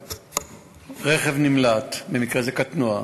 רכב נמלט, במקרה זה קטנוע,